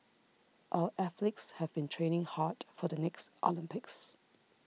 our athletes have been training hard for the next Olympics